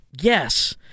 Yes